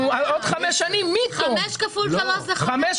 עוד חמש שנים מתום תקופת השכירות, זה עשרים.